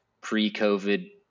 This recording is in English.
pre-COVID